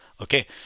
okay